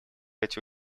эти